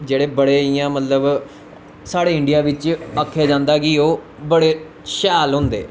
जेह्ड़े बड़े इयां मतलव साढ़े इंडिया बिच्च आक्खेआ जांदे कि ओह् बड़े शैल होंदे